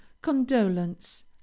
condolence